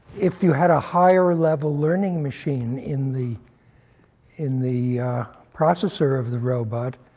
if you had a higher level learning machine in the in the processor of the robot,